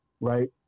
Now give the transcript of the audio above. right